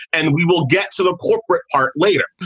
and we will get to the corporate part later.